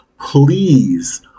please